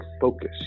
focus